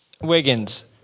Wiggins